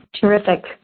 Terrific